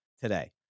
today